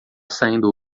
saindo